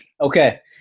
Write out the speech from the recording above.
Okay